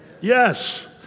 Yes